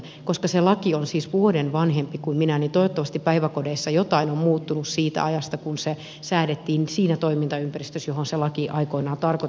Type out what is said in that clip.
koska se laki on siis vuoden vanhempi kuin minä niin toivottavasti päiväkodeissa jotain on muuttunut siitä ajasta kun se säädettiin siinä toimintaympäristössä johon se laki aikoinaan tarkoitettiin